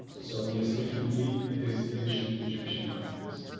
so yes definitely. it is ancient egyptians writing.